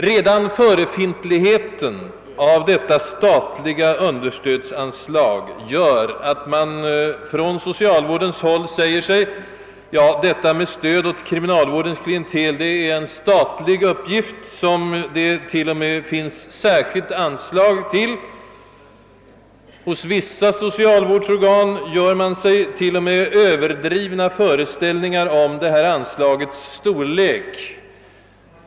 Redan förefintligheten av det statliga understödsanslaget gör att man från socialvårdens håll ibland säger sig att stödet åt kriminalvårdens klientel är en statlig uppgift som det t.o.m. finns särskilt anslag för. Hos vissa socialvårdsorgan gör man sig överdrivna föreställningar om detta anslags storlek.